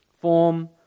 form